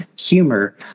humor